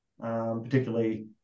particularly